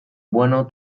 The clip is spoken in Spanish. bueno